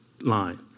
line